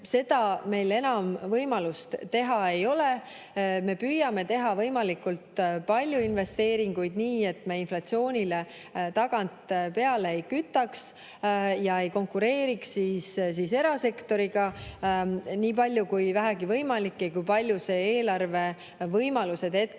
seda meil enam võimalust teha ei ole. Me püüame teha võimalikult palju investeeringuid nii, et me inflatsioonile tagant peale ei kütaks ega konkureeriks erasektoriga nii palju kui vähegi võimalik ja kui palju eelarve võimalused hetkel